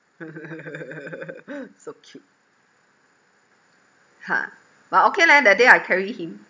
so cute !huh! but okay leh that day I carry him